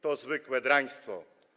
To zwykłe draństwo.